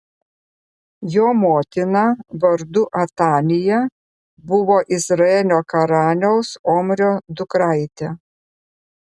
jo motina vardu atalija buvo izraelio karaliaus omrio dukraitė